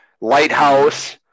Lighthouse